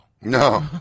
No